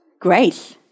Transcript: Grace